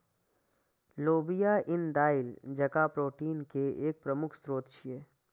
लोबिया ईन दालि जकां प्रोटीन के एक प्रमुख स्रोत छियै